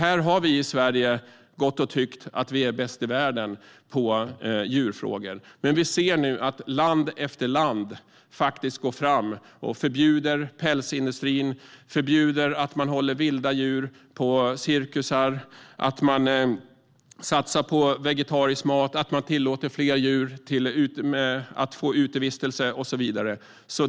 Här har vi i Sverige gått och tyckt att vi är bäst i världen på djurfrågor, men vi ser nu att land efter land faktiskt går fram och förbjuder pälsindustrin. Man förbjuder cirkusar att hålla vilda djur, man satsar på vegetarisk mat, man tillåter fler djur att få utevistelse och så vidare.